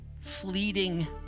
fleeting